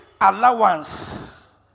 allowance